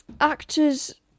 actors